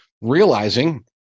realizing